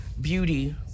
beauty